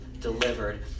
delivered